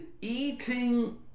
eating